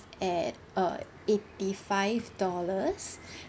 at uh eighty five dollars